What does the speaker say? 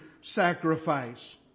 sacrifice